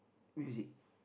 music